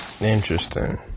Interesting